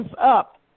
up